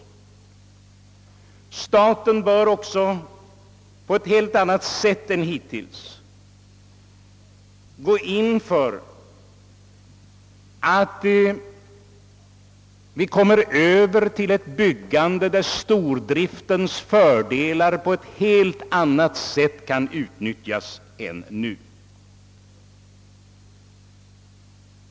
Staten bör också på ett helt annat sätt än hittills verka för att vi kommer över till ett byggande, där stordriftens fördelar på ett bättre sätt än hittills kan utnyttjas.